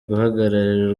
guhagararira